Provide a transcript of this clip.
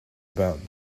about